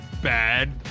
Bad